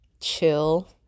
chill